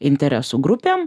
interesų grupėm